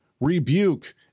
rebuke